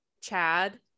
Chad